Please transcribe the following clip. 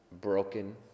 broken